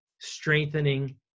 strengthening